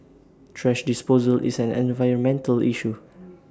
thrash disposal is an environmental issue